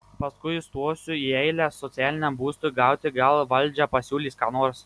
paskui stosiu į eilę socialiniam būstui gauti gal valdžia pasiūlys ką nors